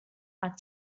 are